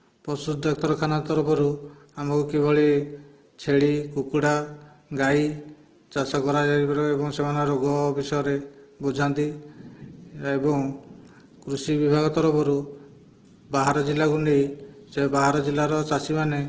ପଶୁ ଡାକ୍ତରଖାନା ତରଫରୁ ଆମକୁ କିଭଳି ଛେଳି କୁକୁଡ଼ା ଗାଈ ଚାଷ କରାଯାଇପାରିବ ଏବଂ ସେମାନଙ୍କ ରୋଗ ବିଷୟରେ ବୁଝାନ୍ତି ଏବଂ କୃଷି ବିଭାଗ ତରଫରୁ ବାହାର ଜିଲ୍ଲାକୁ ନେଇ ସେ ବାହାର ଜିଲ୍ଲାର ଚାଷୀ ମାନେ